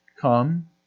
come